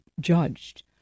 judged